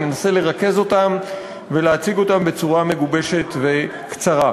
ננסה לרכז אותן ולהציג אותן בצורה מגובשת וקצרה.